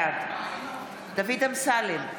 בעד דוד אמסלם,